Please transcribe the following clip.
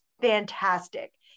fantastic